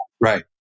Right